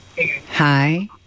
hi